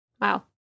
Wow